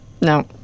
No